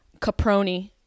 Caproni